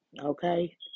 okay